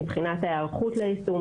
מבחינת ההיערכות ליישום,